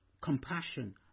Compassion